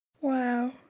Wow